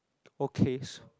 okay so